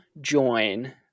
join